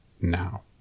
now